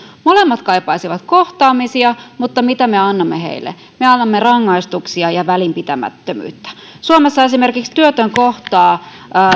molemmat kaipaisivat kohtaamisia mutta mitä me annamme heille me annamme rangaistuksia ja välinpitämättömyyttä suomessa esimerkiksi työtön kohtaa